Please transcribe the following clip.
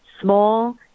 small